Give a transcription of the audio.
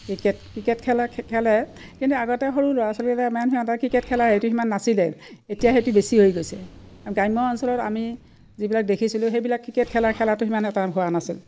cricket cricket খেলা খেলে কিন্তু আগতে সৰু ল'ৰা ছোৱালী ইমান সিহঁতে ক্ৰিকেট খেলা সেইটো সিমান নাছিলে এতিয়া সেইটো বেছি হৈ গৈছে গ্ৰাম্য অঞ্চলত আমি যিবিলাক দেখিছিলোঁ সেইবিলাক ক্ৰিকেট খেলাৰ খেলাটো সিমান এটা হোৱা নাছিল